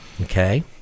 okay